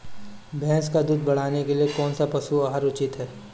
भैंस का दूध बढ़ाने के लिए कौनसा पशु आहार उचित है?